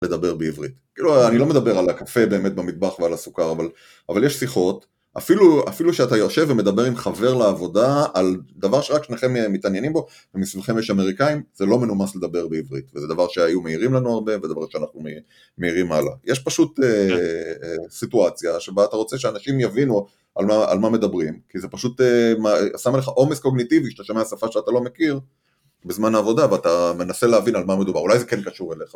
מדבר בעברית. כאילו אני לא מדבר על הקפה באמת במטבח ועל הסוכר, אבל יש שיחות, אפילו שאתה יושב ומדבר עם חבר לעבודה על דבר שרק שניכם מתעניינים בו, ומסביבכם יש אמריקאים, זה לא מנומס לדבר בעברית, וזה דבר שהיו מעירים לנו הרבה, ודבר שאנחנו מעירים הלאה. יש פשוט סיטואציה שבה אתה רוצה שאנשים יבינו על מה מדברים, כי זה פשוט שם לך עומס קוגניטיבי כשאתה שומע שפה שאתה לא מכיר, בזמן העבודה ואתה מנסה להבין על מה מדובר, אולי זה כן קשור אליך,